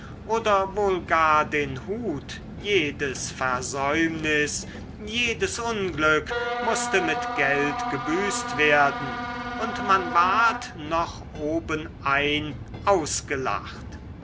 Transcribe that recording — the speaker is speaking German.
oder wohl gar den hut jedes versäumnis jedes unglück mußte mit geld gebüßt werden und man ward noch obenein ausgelacht